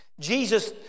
Jesus